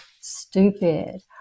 stupid